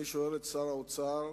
אני שואל את שר האוצר: